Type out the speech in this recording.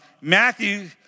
Matthew